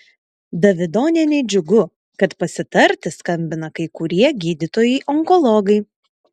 davidonienei džiugu kad pasitarti skambina kai kurie gydytojai onkologai